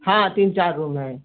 हाँ तीन चार रूम हैं